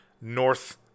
North